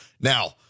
Now